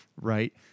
right